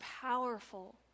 powerful